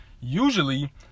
Usually